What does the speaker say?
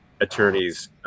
attorneys